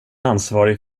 ansvarig